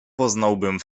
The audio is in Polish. poznałbym